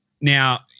now